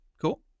Cool